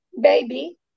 baby